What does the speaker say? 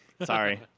Sorry